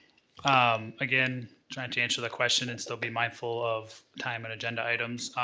um again, trying to answer that question and still be mindful of time and agenda items.